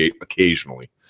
occasionally